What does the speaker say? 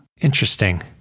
Interesting